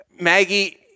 Maggie